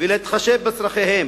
ולהתחשב בצורכיהם.